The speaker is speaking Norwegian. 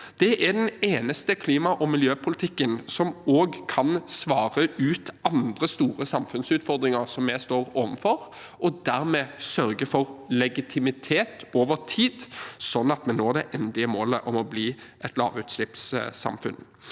Det er den eneste klima- og miljøpolitikken som også kan svare ut andre store samfunnsutfordringer vi står overfor og dermed sørge for legitimitet over tid, slik at vi når det endelige målet om å bli et lavutslippssamfunn.